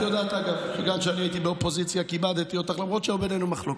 את יודעת כמה אני מעריך אותך, דקה, נו.